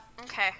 Okay